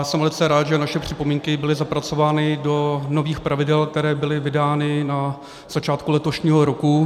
Jsem velice rád, že naše připomínky byly zapracovány do nových pravidel, která byla vydána na začátku letošního roku.